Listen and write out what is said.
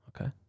Okay